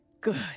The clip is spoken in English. Good